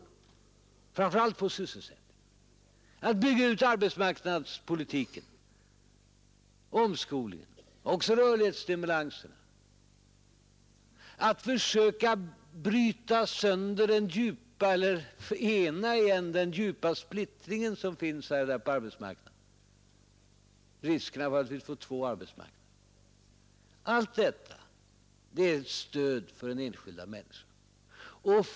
Satsningarna framför allt på sysselsättningen och på att bygga ut arbetsmarknadspolitiken — omskolningen, rörlighetsstimulansen, försöken att åter ena den djupa splittring som finns på arbetsmarknaden med risk för att vi kan få två arbetsmarknader — allt detta är ett stöd för den enskilda människan.